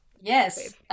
yes